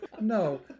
No